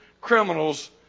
criminals